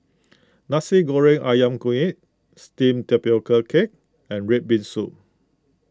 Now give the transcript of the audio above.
Nasi Goreng Ayam Kunyit Steamed Tapioca Cake and Red Bean Soup